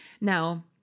Now